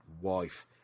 wife